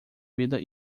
vida